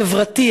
חברתי,